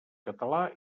català